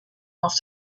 off